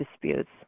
disputes